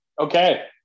okay